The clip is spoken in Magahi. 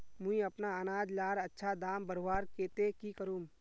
मुई अपना अनाज लार अच्छा दाम बढ़वार केते की करूम?